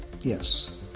Yes